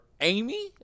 Amy